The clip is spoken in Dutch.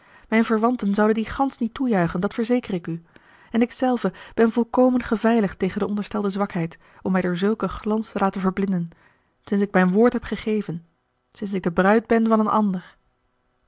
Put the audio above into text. mijne verwanten zouden die gansch niet toejuichen dat verzeker ik u en ik zelve ben volkomen geveiligd tegen de onderstelde zwakheid om mij door zulke glans te laten verblinden sinds ik mijn woord heb gegeven sinds ik de bruid ben van een ander